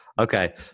Okay